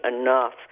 enough